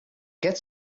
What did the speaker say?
get